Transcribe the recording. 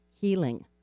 healing